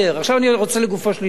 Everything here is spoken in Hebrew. עכשיו אני רוצה לדבר לגופו של עניין.